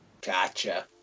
Gotcha